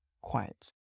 Quiet